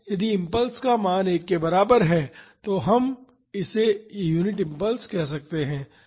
यदि इस इम्पल्स का मान 1 के बराबर है तो हम इसे एक यूनिट इम्पल्स कह सकते हैं